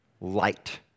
light